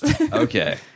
Okay